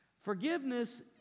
Forgiveness